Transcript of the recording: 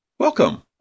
Welcome